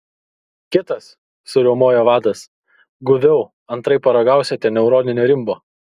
kitas suriaumojo vadas guviau antraip paragausite neuroninio rimbo